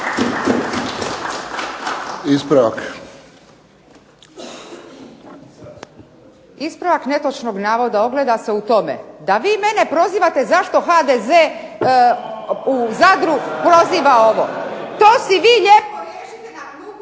Ispravak netočnog navoda ogleda se u tome da vi mene prozivate zašto HDZ u Zadru proziva ovo. To si vi …/Govornica nije